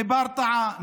מברטעה,